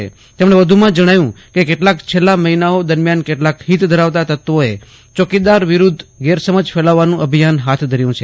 તેમજ્ઞે વધુમાં જજ્ઞાવ્યું કે કેટલાક છેલ્લા મહિનાઓ દરમિયાન કેટલાકે હીત ધરાવતાં તત્વોએ ચોકીદાર વિરૂદ્વ ગેરસમજ ફેલાવવાનું અભિયાન હાથ ધર્યું છે